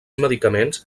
medicaments